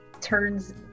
turns